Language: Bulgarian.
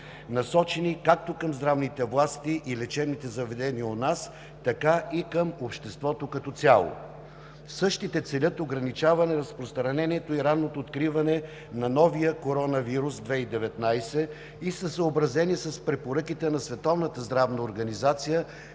насочени както към здравните власти и лечебните заведения у нас, така и към обществото като цяло. Същите целят ограничаване на разпространението и ранното откриване на новия коронавирус 2019 и са съобразени с препоръките на